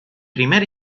primer